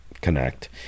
connect